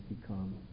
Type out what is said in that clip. become